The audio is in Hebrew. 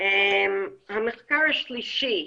המחקר השלישי